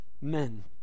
men